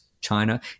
China